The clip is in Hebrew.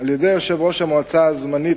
על-ידי יושב-ראש המועצה הזמנית,